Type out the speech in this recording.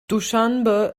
duschanbe